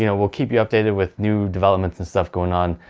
you know we'll keep you updated with new developments and stuff going on,